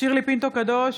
שירלי פינטו קדוש,